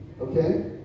Okay